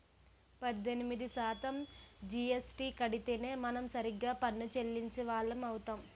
పద్దెనిమిది శాతం జీఎస్టీ కడితేనే మనం సరిగ్గా పన్ను చెల్లించిన వాళ్లం అవుతాం